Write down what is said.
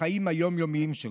בחיים היום-יומיים שלך?